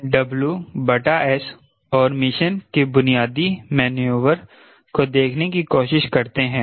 WS और mission के बुनियादी मैन्यूवर को देखने की कोशिश करते हैं